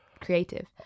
creative